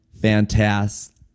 fantastic